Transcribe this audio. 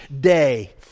day